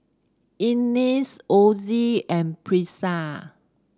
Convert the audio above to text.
Inez Osie and Brisa